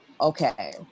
okay